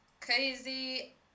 crazy